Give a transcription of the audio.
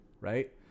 Right